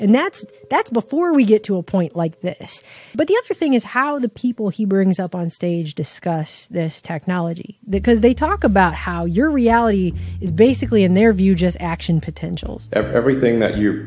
and that's that's before we get to a point like this but the other thing is how the people he brings up onstage discuss this technology because they talk about how your reality is basically in their view just action potentials everything that you